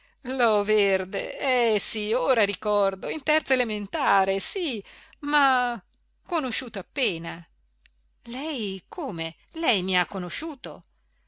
contenermi loverde eh sì ora ricordo in terza elementare sì ma conosciuto appena lei come lei mi ha conosciuto